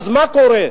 אז מה קורה?